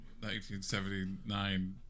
1979